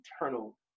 eternal